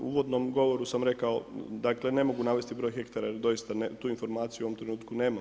U uvodnom govoru sam rekao, dakle, ne mogu navesti broj hektara jer doista tu informaciju u ovom trenutku nemam.